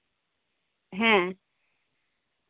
ᱦᱮᱸ